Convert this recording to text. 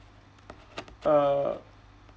err